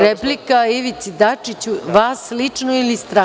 Replika Ivici Dačiću, vas lično ili stranku?